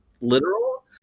literal